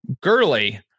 Gurley